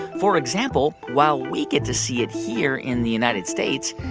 for example, while we get to see it here in the united states,